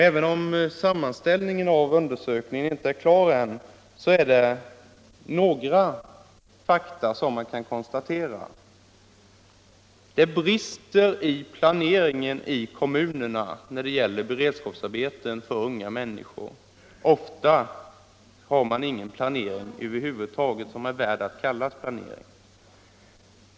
Även om sammanställ ningen av undersökningen inte är klar, så är det några fakta som man kan konstatera. Det brister i planeringen i kommunerna när det gäller beredskapsarbeten för unga människor. Ofta har man ingen planering över huvud taget.